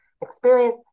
experience